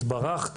התברכת